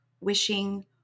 wishing